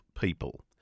people